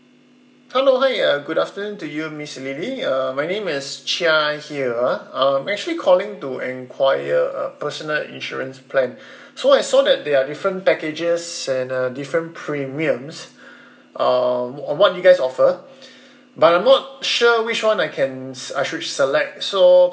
hello hi uh good afternoon to you miss lily uh my name is chia here ah I'm actually calling to enquire a personal insurance plan so I saw that there are different packages and uh different premiums um on what you guys offer but I'm not sure which one I can s~ I should select so